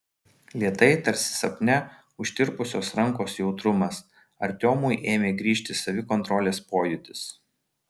lėtai tarsi sapne užtirpusios rankos jautrumas artiomui ėmė grįžti savikontrolės pojūtis